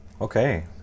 Okay